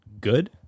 good